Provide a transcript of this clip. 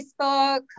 Facebook